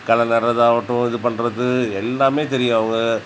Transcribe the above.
களை நடுறது ஆகட்டும் இது பண்ணுறது எல்லாமே தெரியும் அவங்க